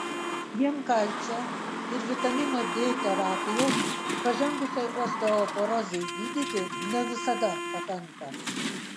vien kalcio ir vitamino d terapijos pažengusiai osteoporozei gydyti ne visada pakanka